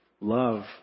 love